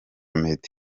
meddy